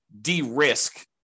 de-risk